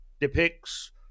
depicts